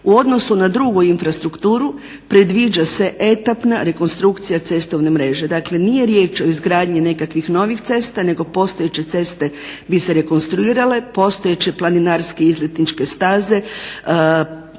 U odnosu na drugu infrastrukturu predviđa se etapna rekonstrukcija cestovne mreže. Dakle, nije riječ o izgradnji nekakvih novih cesta, nego postojeće ceste bi se rekonstruirale, postojeće planinarske izletničke staze